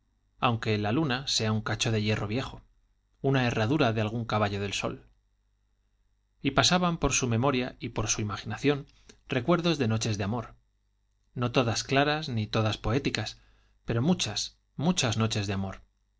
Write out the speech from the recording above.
aunque la luna sea un cacho de hierro viejo una herradura de algún caballo del sol y pasaban por su memoria y por su imaginación recuerdos de noches de amor no todas claras ni todas poéticas pero muchas muchas noches de amor